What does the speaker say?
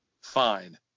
Fine